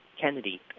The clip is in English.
Kennedy